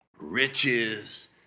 riches